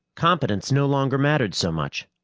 competence no longer mattered so much.